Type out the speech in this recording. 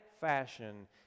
fashion